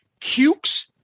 Cukes